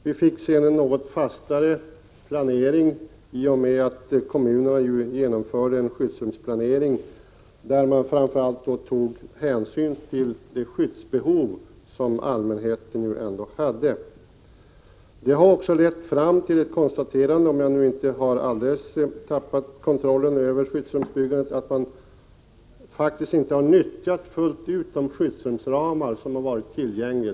Vi fick sedan en något fastare planering i och med att kommunerna genomförde skyddsrumsplanering, där man framför allt tog hänsyn till allmänhetens skyddsbehov. Detta har lett fram till, om jag inte alldeles tappat kontrollen över skyddsrumsbyggandet, ett konstaterande om att man faktiskt inte fullt ut har nyttjat de skyddsrumsramar som har funnits tillgängliga.